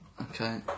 okay